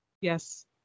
Yes